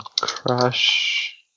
crush